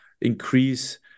increase